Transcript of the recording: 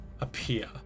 appear